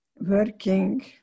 working